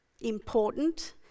important